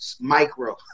micro